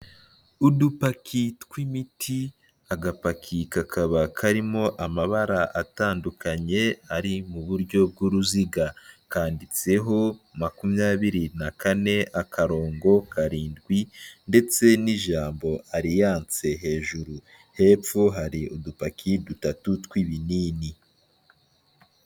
Udupaki tw'imiti, agapaki kakaba karimo amabara atandukanye ari mu buryo bw'uruziga, kanditseho makumyabiri na kane, akarongo karindwi ndetse n'ijambo Alliance hejuru, hepfo hari udupaki dutatu tw'ibinini.